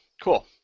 Cool